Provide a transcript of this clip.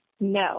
No